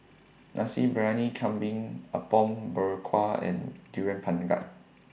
Nasi Briyani Kambing Apom Berkuah and Durian Pengat